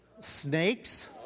Snakes